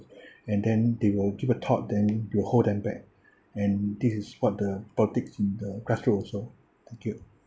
and then they will give a thought then it will hold them back and this is what the politics in the grassroot also thank you